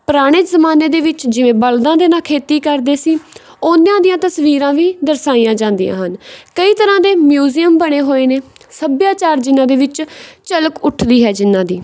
ਪੁਰਾਣੇ ਜ਼ਮਾਨੇ ਦੇ ਵਿੱਚ ਜਿਵੇਂ ਬਲਦਾਂ ਦੇ ਨਾਲ ਖੇਤੀ ਕਰਦੇ ਸੀ ਉਹਨਾਂ ਦੀਆਂ ਤਸਵੀਰਾਂ ਵੀ ਦਰਸਾਈਆਂ ਜਾਂਦੀਆਂ ਹਨ ਕਈ ਤਰ੍ਹਾਂ ਦੇ ਮਿਊਜ਼ੀਅਮ ਬਣੇ ਹੋਏ ਨੇ ਸੱਭਿਆਚਾਰ ਜਿਨ੍ਹਾਂ ਦੇ ਵਿੱਚ ਝਲਕ ਉੱਠਦੀ ਹੈ ਜਿਨ੍ਹਾਂ ਦੀ